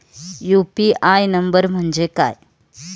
UPI number म्हणजे काय?